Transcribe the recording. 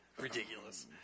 ridiculous